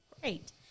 Great